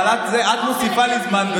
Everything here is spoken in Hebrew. את מוסיפה לי זמן,